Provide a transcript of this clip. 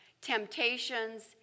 temptations